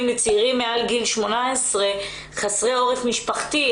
לצעירים מעל גיל 18 חסרי עורף משפחתי.